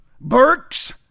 Burks